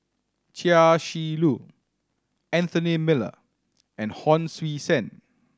Chia Shi Lu Anthony Miller and Hon Sui Sen